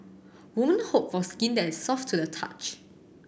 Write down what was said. women hope for skin that soft to the touch